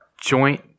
joint